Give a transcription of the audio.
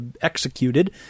executed